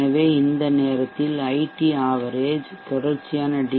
எனவே இந்த நேரத்தில் ஐடி ஆவரேஜ்சராசரி தொடர்ச்சியான டி